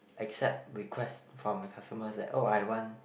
accept requests from the customers like oh I want